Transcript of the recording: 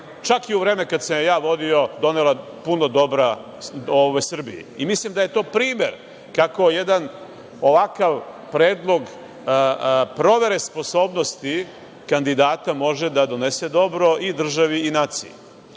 čak i u vreme kada sam je ja vodio donela puno dobra Srbiji. Mislim da je to primer kako jedan ovakav predlog provere sposobnosti kandidata može da donese dobro i državi i naciji. Ovo